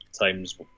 times